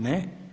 Ne.